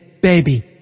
baby